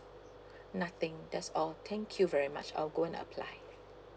nothing that's all thank you very much I'll go and apply